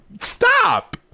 Stop